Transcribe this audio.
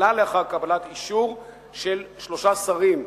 אלא לאחר קבלת אישור של שלושה שרים,